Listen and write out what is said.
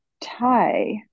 Thai